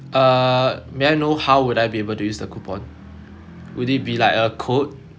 err may I know how would I be able to use the coupon would it be like a code